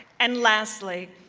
and lastly,